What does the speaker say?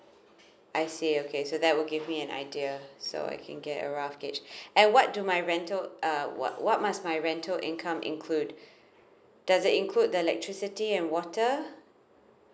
I see okay so that will give me an idea so I can get a rough gauge and what do my rental uh what what must my rental income include does it include the electricity and water